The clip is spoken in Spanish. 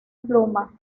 pluma